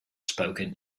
spoken